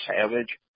Savage